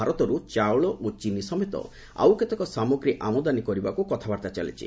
ଭାରତରୁ ଚାଉଳ ଚିନି ସମେତ ଆଉ କେତେକ ସାମଗ୍ରୀ ଆମଦାନୀ କରିବାକୁ କଥାବାର୍ତ୍ତା ଚାଲିଛି